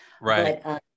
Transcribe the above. Right